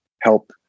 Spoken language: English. help